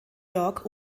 york